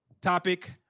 topic